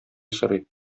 сорый